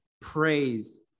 praise